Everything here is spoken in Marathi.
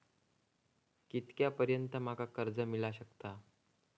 कितक्या पर्यंत माका कर्ज मिला शकता?